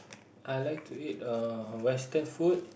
I like to eat uh Western food